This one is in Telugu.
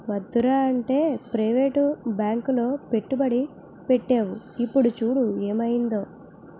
వద్దురా అంటే ప్రవేటు బాంకులో పెట్టుబడి పెట్టేవు ఇప్పుడు చూడు ఏమయిందో